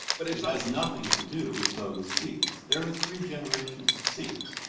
but it yeah has nothing to do with those seeds. there are three generations of seeds.